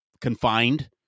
confined